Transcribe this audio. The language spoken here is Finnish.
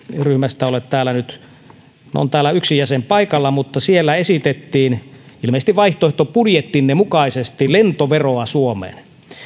ryhmästä ole täällä nyt no on täällä yksi jäsen paikalla esitettiin ilmeisesti vaihtoehtobudjettinne mukaisesti lentoveroa suomeen